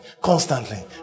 Constantly